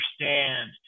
understand